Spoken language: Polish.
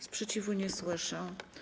Sprzeciwu nie słyszę.